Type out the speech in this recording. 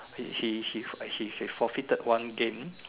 he she she she she forfeited one game